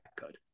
good